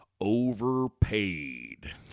overpaid